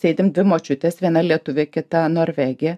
sėdim dvi močiutės viena lietuvė kita norvegė